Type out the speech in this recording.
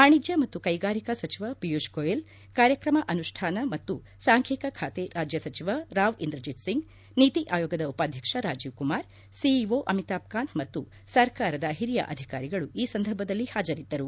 ವಾಣಿಜ್ಞ ಮತ್ತು ಕೈಗಾರಿಕಾ ಸಚಿವ ಪಿಯೂಷ್ ಗೋಯೆಲ್ ಕಾರ್ಯಕ್ರಮ ಅನುಷ್ಠಾನ ಮತ್ತು ಸಾಂಖ್ಲಿಕ ಖಾತೆ ರಾಜ್ಯ ಸಚಿವ ರಾವ್ ಇಂದ್ರಜಿತ್ ಸಿಂಗ್ ನೀತಿ ಆಯೋಗದ ಉಪಾಧ್ಯಕ್ಷ ರಾಜೀವ್ ಕುಮಾರ್ ಸಿಇಓ ಅಮಿತಾಬ್ ಕಾಂತ್ ಮತ್ತು ಸರ್ಕಾರದ ಹಿರಿಯ ಅಧಿಕಾರಿಗಳು ಈ ಸಂದರ್ಭದಲ್ಲಿ ಹಾಜರಿದ್ದರು